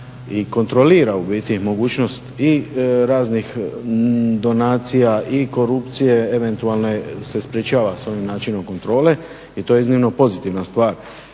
i kontrolira u biti mogućnost i raznih donacija i korupcije eventualne se sprečava s ovim načinom kontrole. I to je iznimno pozitivna stvar.